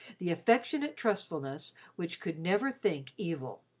the affectionate trustfulness which could never think evil.